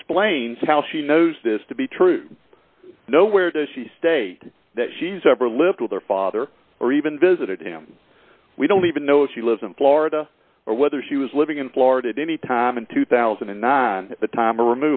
explains how she knows this to be true nowhere does she state that she's ever lived with her father or even visited him we don't even know if she lives in florida or whether she was living in florida at any time in two thousand and nine the time